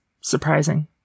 surprising